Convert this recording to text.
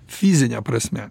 fizine prasme